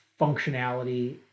functionality